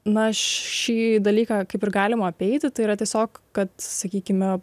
na šį dalyką kaip ir galima apeiti tai yra tiesiog kad sakykime